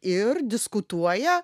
ir diskutuoja